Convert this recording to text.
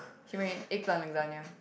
she made eggplant lasagna